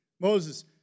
Moses